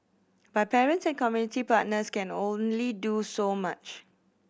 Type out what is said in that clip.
but parents and community partners can only do so much